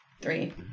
three